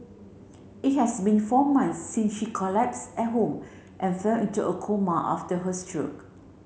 it has been four months since she collapsed at home and fell into a coma after her stroke